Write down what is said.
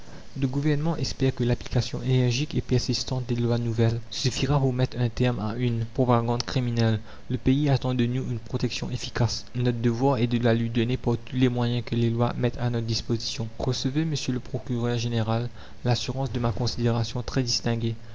le gouvernement espère que l'application énergique et persistante des lois nouvelles suffira pour mettre un terme à une la commune propagande criminelle le pays attend de nous une protection efficace notre devoir est de la lui donner par tous les moyens que les lois mettent à notre disposition recevez monsieur le procureur général l'assurance de ma considération très distinguée